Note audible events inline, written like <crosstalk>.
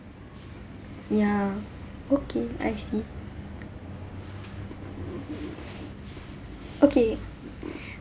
ya okay I see okay <breath>